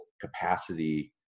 capacity